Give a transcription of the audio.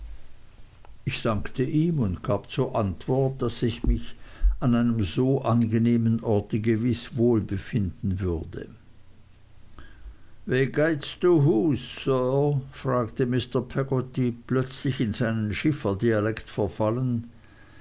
ich dankte ihm und gab zur antwort daß ich mich an so einem angenehmen ort gewiß wohlbefinden würde wie geits to hus sir fragte mr peggotty plötzlich in seinen schifferdialekt verfallend